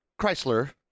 Chrysler